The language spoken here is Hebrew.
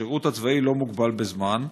השירות הצבאי לא מוגבל בזמן.